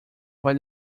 vai